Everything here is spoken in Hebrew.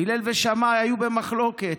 הלל ושמאי היו במחלוקת,